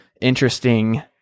interesting